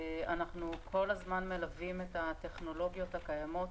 כל הזמן אנחנו מלווים את הטכנולוגיות הקיימות.